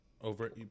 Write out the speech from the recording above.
over